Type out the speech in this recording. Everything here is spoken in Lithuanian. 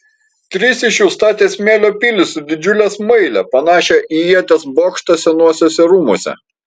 trys iš jų statė smėlio pilį su didžiule smaile panašią į ieties bokštą senuosiuose rūmuose